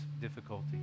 difficulty